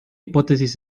hipótesis